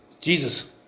Jesus